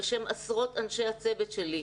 בשם עשרות אנשי הצוות שלי,